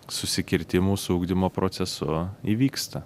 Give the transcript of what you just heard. susikirtimų su ugdymo procesu įvyksta